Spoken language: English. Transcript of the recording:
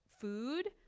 food